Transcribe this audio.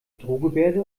drohgebärde